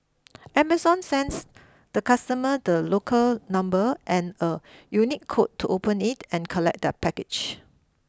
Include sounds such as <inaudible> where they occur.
<noise> Amazon sends the customer the locker number and a unique code to open it and collect their package